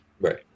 Right